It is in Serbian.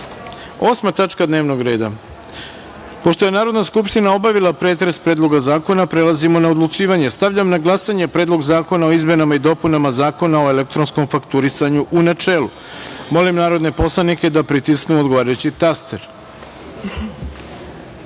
fakturisanju. Pošto je Narodna skupština obavila pretres Predloga zakona, prelazimo na odlučivanje. Stavljam na glasanje Predlog zakona o izmenama i dopunama Zakona o elektronskom fakturisanju, u načelu. Molim poslanike da pritisnu odgovarajući